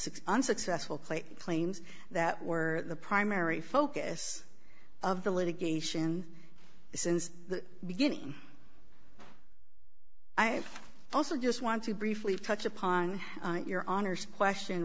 six unsuccessful clay claims that were the primary focus of the litigation since the beginning i also just want to briefly touch upon your honour's question